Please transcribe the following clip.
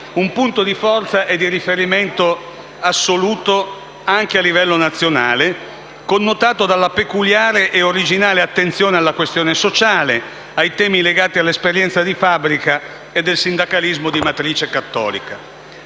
un punto di forza e di riferimento assoluto, anche a livello nazionale, connotato dalla peculiare ed originale attenzione alla questione sociale, ai temi legati all'esperienza della fabbrica e del sindacalismo di matrice cattolica.